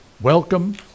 Welcome